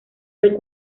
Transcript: del